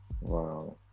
wow